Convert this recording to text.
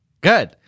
Good